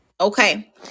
Okay